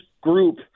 group